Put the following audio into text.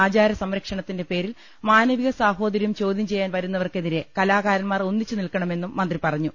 ആചാര സംരക്ഷണത്തിന്റെ പേരിൽ മാന വിക സാഹോദര്യം ചോദ്യം ചെയ്യാൻ വരുന്നവർക്കെതിരെ കലാകാരന്മാർ ഒന്നിച്ചു നിൽക്കണമെന്നും മന്ത്രി പറഞ്ഞു